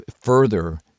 further